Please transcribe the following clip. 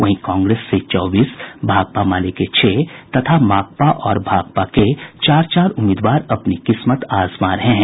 वहीं कांग्रेस से चौबीस भाकपा माले के छह तथा भाकपा और माकपा के चार चार उम्मीदवार अपनी किस्मत आजमा रहे हैं